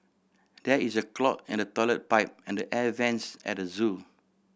there is a clog in the toilet pipe and the air vents at the zoo